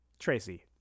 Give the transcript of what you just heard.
Tracy